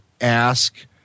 ask